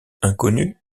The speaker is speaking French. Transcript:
inconnue